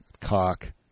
cock